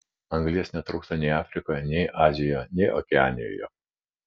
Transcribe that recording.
anglies netrūksta nei afrikoje nei azijoje nei okeanijoje